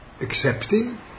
accepting